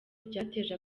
ryateje